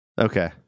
Okay